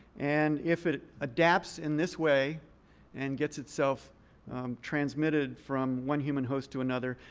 and if it adapts in this way and gets itself transmitted from one human host to another,